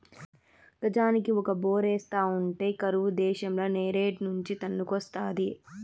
గజానికి ఒక బోరేస్తా ఉంటే కరువు దేశంల నీరేడ్నుంచి తన్నుకొస్తాది